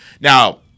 Now